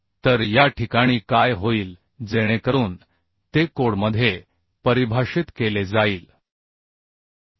तर या ठिकाणी काय होईल जेणेकरून ते कोडमध्ये परिभाषित केले जाईल आय